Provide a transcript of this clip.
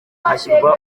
hashyirwa